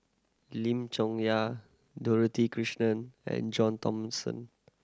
Lim Chong Yah Dorothy Krishnan and John Thomson